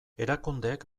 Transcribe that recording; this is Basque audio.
erakundeek